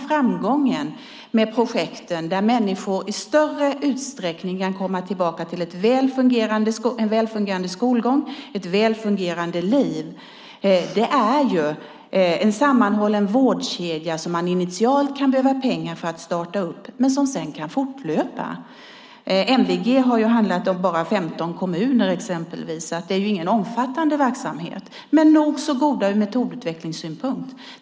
Framgången med projekten där människor i större utsträckning kan komma tillbaka till en väl fungerande skolgång och ett väl fungerande liv handlar om en sammanhållen vårdkedja som man initialt kan behöva pengar för att starta upp men som sedan kan fortlöpa. MVG har bara handlat om 15 kommuner. Det är ingen omfattande verksamhet men nog så god ur metodutvecklingssynpunkt.